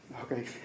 okay